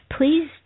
please